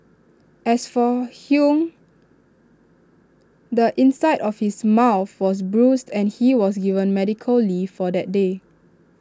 as for hung the inside of his mouth was bruised and he was given medical leave for that day